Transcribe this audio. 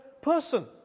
person